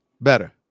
Better